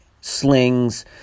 slings